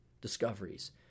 discoveries